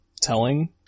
telling